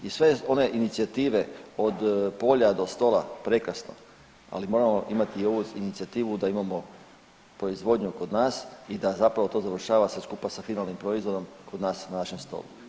I sve one inicijative od polja do stola, prekrasno, ali moramo imati i ovu inicijativu da imamo proizvodnju kod nas i da zapravo to završava sve skupa sa finalnim proizvodom kod nas na našem stolu.